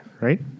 right